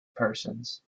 persons